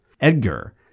Edgar